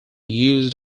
used